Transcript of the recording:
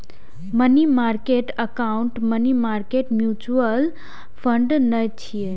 money market account money market mutual fund नै छियै